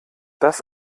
das